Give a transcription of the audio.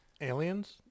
Aliens